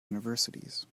universities